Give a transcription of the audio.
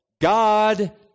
God